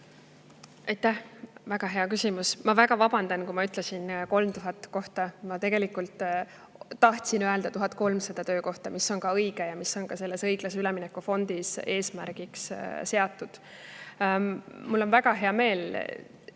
Aitäh! Väga hea küsimus. Ma väga vabandan, kui ma ütlesin 3000 kohta. Ma tegelikult tahtsin öelda 1300 töökohta, mis on õige ja mis on ka õiglase ülemineku fondi eesmärgiks seatud. Mul on väga hea meel,